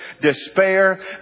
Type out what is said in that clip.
despair